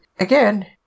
Again